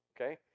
okay